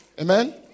Amen